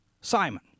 Simon